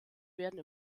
werden